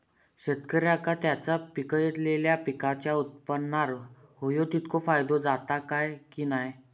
शेतकऱ्यांका त्यांचा पिकयलेल्या पीकांच्या उत्पन्नार होयो तितको फायदो जाता काय की नाय?